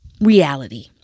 reality